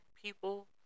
people